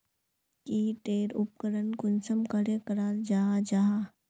की टेर उपकरण कुंसम करे कराल जाहा जाहा?